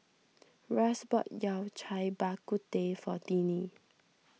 Russ bought Yao Cai Bak Kut Teh for Tiney